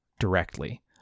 directly